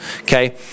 okay